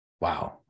wow